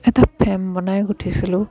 এটা ফ্ৰেম বনাই গুঠিছিলোঁ